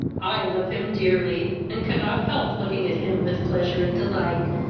i love him dearly, and cannot help looking at him with pleasure and delight.